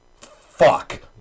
Fuck